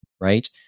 right